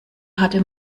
hatte